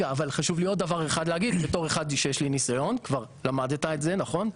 בתור אחד שיש לי ניסיון, כבר למדת את זה נכון?